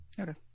Okay